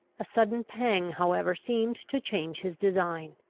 a sudden pang however seemed to change his design!